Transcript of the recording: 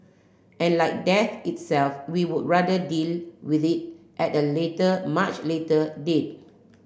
and like death itself we would rather deal with it at a later much later date